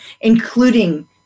including